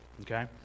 okay